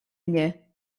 mnie